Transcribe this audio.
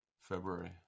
February